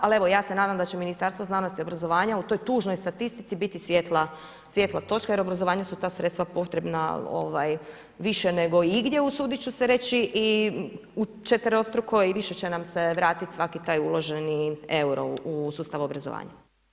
Ali evo, ja se nadam da će Ministarstvo znanosti i obrazovanja u toj tužnoj statistici biti svijetla točka jer u obrazovanju su ta sredstva potrebna više nego igdje usudit ću se reći i u četverostruko i više će nam se vratiti svaki taj uloženi euro u sustav obrazovanja.